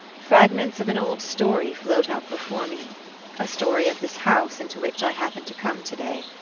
fragments of an old story float up before me a story of this house into which i happened to come to-day.